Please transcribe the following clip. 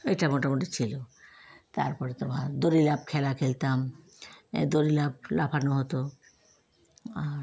এটা মোটামোটি ছিলো তারপরে তোমার দড়ি লাফ খেলা খেলতাম এ দড়ি লাফ লাফানো হতো আর